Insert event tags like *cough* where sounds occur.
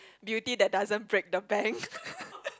beauty that doesn't break the bank *laughs*